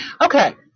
okay